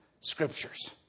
scriptures